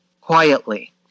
Quietly